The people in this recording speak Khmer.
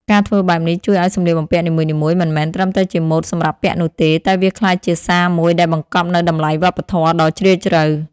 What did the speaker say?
ការធ្វើបែបនេះជួយឲ្យសម្លៀកបំពាក់នីមួយៗមិនមែនត្រឹមតែជាម៉ូដសម្រាប់ពាក់នោះទេ តែវាក្លាយជាសារមួយដែលបង្កប់នូវតម្លៃវប្បធម៌ដ៏ជ្រាលជ្រៅ។